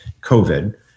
covid